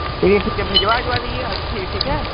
ठीक है भैया भिजवा विजवा दीजिये फिर ठीक है